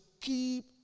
keep